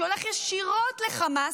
שהולך ישירות לחמאס,